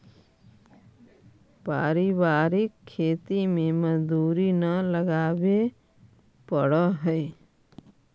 पारिवारिक खेती में मजदूरी न लगावे पड़ऽ हइ